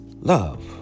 love